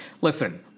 listen